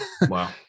Wow